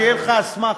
שתהיה לך אסמכתה.